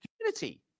community